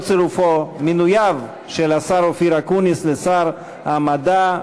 מינויו של השר אופיר אקוניס לשר המדע,